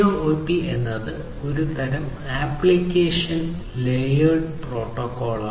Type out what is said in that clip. CoAP എന്നത് ഒരു തരം ആപ്ലിക്കേഷൻ ലേയേർഡ് പ്രോട്ടോക്കോളാണ്